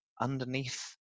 underneath